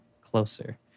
closer